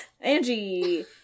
Angie